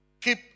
Keep